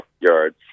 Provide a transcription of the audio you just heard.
yards